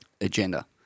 agenda